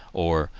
or,